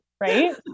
Right